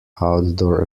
outdoor